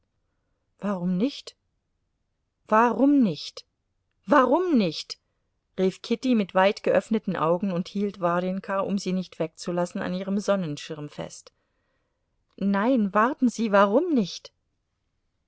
warum nicht warum nicht warum nicht rief kitty mit weit geöffneten augen und hielt warjenka um sie nicht wegzulassen an ihrem sonnenschirm fest nein warten sie warum nicht